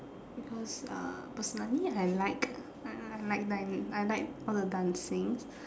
because uh personally I like I like like I like all the dancings